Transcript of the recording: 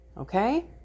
okay